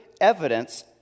evidence